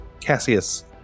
Cassius